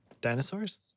dinosaurs